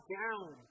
down